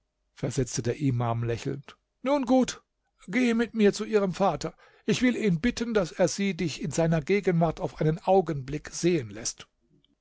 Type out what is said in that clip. versetzte der imam lächelnd nun gut gehe mit mir zu ihrem vater ich will ihn bitten daß er sie dich in seiner gegenwart auf einen augenblick sehen läßt